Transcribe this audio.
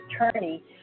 attorney